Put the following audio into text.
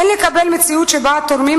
אין לקבל מציאות שבה התורמים,